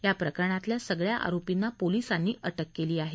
या प्रकरणातल्या सगळ्या आरोपीना पोलिसांनी अटक केली आहे